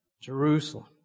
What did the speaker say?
Jerusalem